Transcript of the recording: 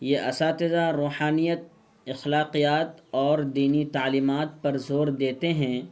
یہ اساتذہ روحانیت اخلاقیات اور دینی تعلیمات پر زور دیتے ہیں